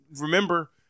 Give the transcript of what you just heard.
remember